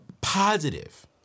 positive